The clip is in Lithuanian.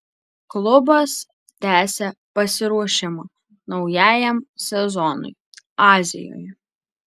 klubas tęsia pasiruošimą naujajam sezonui azijoje